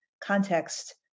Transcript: context